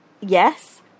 yes